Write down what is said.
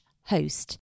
host